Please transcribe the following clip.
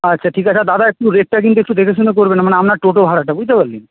আচ্ছা ঠিক আর দাদা একটু রেটটা কিন্তু একটু দেখেশুনে করবেন মানে আপনার টোটো ভাড়াটা বুঝতে পারলেন